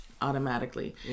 automatically